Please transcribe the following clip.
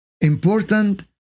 important